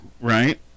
right